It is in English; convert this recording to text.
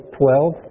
twelve